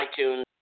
iTunes